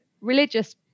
religious